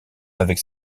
avec